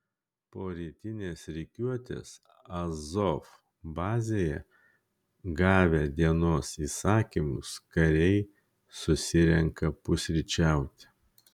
po rytinės rikiuotės azov bazėje gavę dienos įsakymus kariai susirenka pusryčiauti